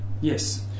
Yes